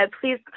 please